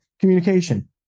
communication